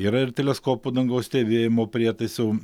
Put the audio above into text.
yra ir teleskopų dangaus stebėjimo prietaisų